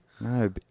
No